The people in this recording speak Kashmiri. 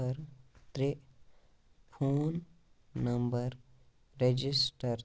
صِفَر ترٛےٚ فون نمبر رجسٹر تہٕ